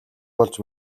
болж